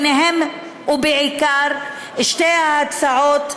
וביניהן בעיקר שתי הצעות,